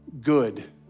good